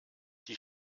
die